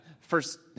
First